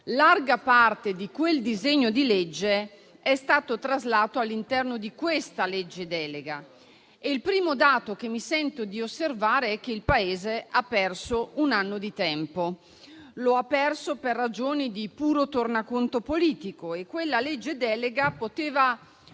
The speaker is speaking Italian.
larga parte di quel disegno di legge è stata traslata all'interno di questo disegno di legge di delega. Il primo dato che mi sento di osservare è che il Paese ha perso un anno di tempo per ragioni di puro tornaconto politico. Quel disegno di legge di delega poteva